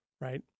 Right